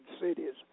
cities